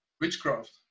Witchcraft